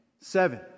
Seven